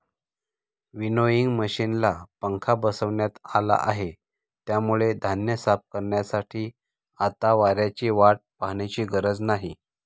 winnowing मशिनला पंखा बसवण्यात आला आहे, त्यामुळे धान्य साफ करण्यासाठी आता वाऱ्याची वाट पाहण्याची गरज नाही